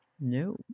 No